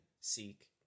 seek